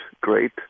great